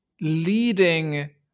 leading